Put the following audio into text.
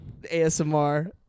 ASMR